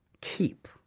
keep